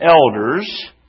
elders